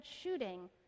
shooting